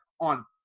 on